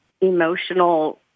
emotional